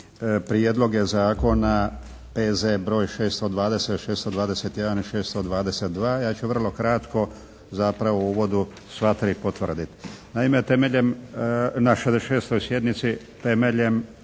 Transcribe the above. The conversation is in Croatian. prijedloge zakona P.Z. br. 620, 621 i 622 ja ću vrlo kratko zapravo u uvodu sva 3 potvrditi. Naime, temeljem, na 66. sjednici temeljem